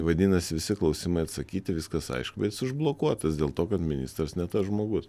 vadinasi visi klausimai atsakyti viskas aišku bet jis užblokuotas dėl to kad ministras ne tas žmogus